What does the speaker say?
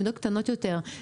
מידות קטנות יותר.